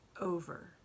over